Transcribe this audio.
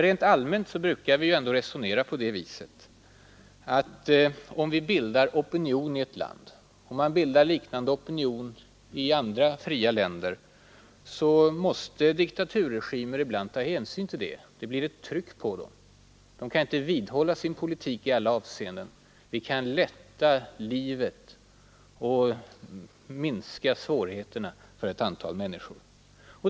Rent allmänt brukar vi ändå resonera på det viset, att om vi bildar opinion i ett land och om man bildar en liknande opinion i andra fria länder, så måste diktaturregimer ibland ta hänsyn till det. Det blir ett tryck på dem. De kan inte vidhålla sin politik i alla avseenden. Vi kan lätta livet och minska svårigheterna för ett antal människor.